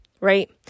right